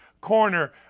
corner